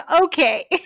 okay